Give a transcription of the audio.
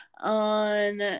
on